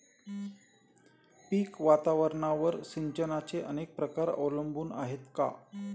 पीक वातावरणावर सिंचनाचे अनेक प्रकार अवलंबून आहेत का?